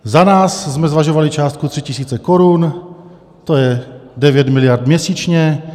Za nás jsme zvažovali částku 3 tisíce korun, to je 9 miliard měsíčně.